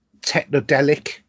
technodelic